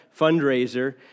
fundraiser